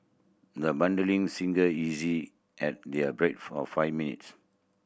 the budding singer easy held their breath for five minutes